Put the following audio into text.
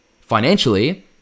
financially